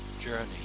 journey